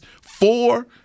four